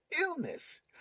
illness